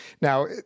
Now